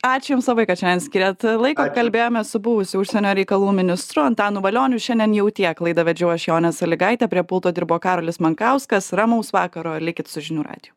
ačiū jums labai kad šiandien skiriat laiko kalbėjomės su buvusiu užsienio reikalų ministru antanu valioniu šiandien jau tiek laidą vedžiau aš jonė suligaitė prie pulto dirbo karolis mankauskas ramaus vakaro likit su žinių radiju